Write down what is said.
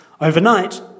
Overnight